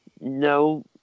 no